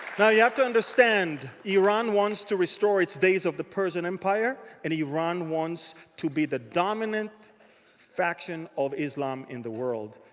now, you have to understand. iran wants to restore its days of the persian empire. and iran wants to be the dominant faction of islam in the world.